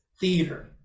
theater